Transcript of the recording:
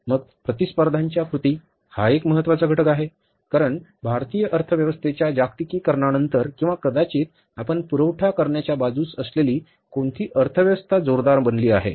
मग प्रतिस्पर्धींच्या कृती हा एक महत्वाचा घटक आहे कारण भारतीय अर्थव्यवस्थेच्या जागतिकीकरणानंतर किंवा कदाचित आपण पुरवठा करण्याच्या बाजूस असलेली कोणतीही अर्थव्यवस्था जोरदार बनली आहे